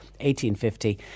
1850